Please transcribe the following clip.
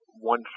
one